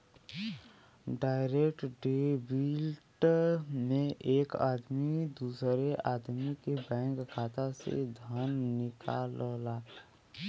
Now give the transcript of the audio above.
direct debit में एक आदमी दूसरे आदमी के बैंक खाता से धन निकालला